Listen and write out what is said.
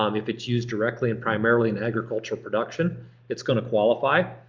um if it's used directly and primarily in agricultural production it's gonna qualify.